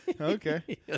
okay